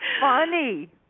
funny